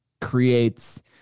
creates